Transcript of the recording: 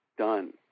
done